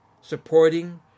supporting